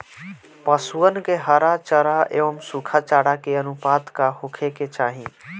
पशुअन के हरा चरा एंव सुखा चारा के अनुपात का होखे के चाही?